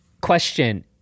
Question